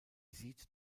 sieht